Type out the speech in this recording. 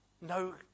No